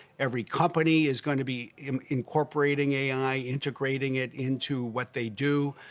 every company is going to be incorporating a i, integrating it into what they do,